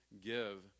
give